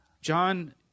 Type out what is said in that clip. John